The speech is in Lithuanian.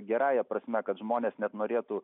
gerąja prasme kad žmonės net norėtų